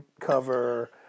cover